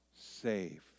saved